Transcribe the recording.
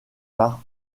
par